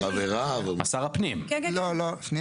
אין